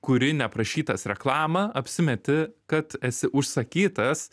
kuri neprašytas reklamą apsimeti kad esi užsakytas